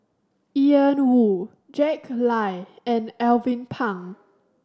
Ian Woo Jack Lai and Alvin Pang